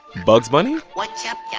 bugs bunny what's up, yeah